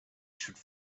should